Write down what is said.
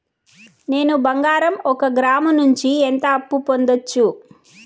నేను బంగారం ఒక గ్రాము నుంచి ఎంత అప్పు పొందొచ్చు